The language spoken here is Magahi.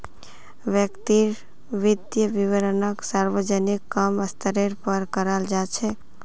व्यक्तिर वित्तीय विवरणक सार्वजनिक क म स्तरेर पर कराल जा छेक